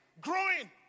growing